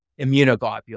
immunoglobulin